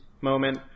moment